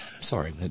sorry